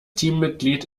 teammitglied